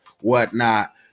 whatnot